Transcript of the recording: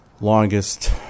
longest